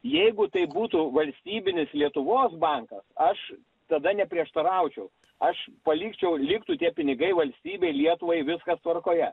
jeigu tai būtų valstybinis lietuvos bankas aš tada neprieštaraučiau aš palikčiau liktų tie pinigai valstybei lietuvai viskas tvarkoje